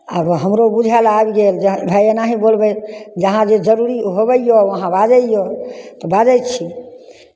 आब हमरो बुझायल आबि गेल जे भाय एनाहि बोलबै जहाँ जे जरूरी होवैए वहाँ बाजैए तऽ बाजै छी